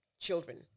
children